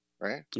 right